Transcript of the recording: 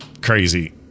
crazy